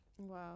Wow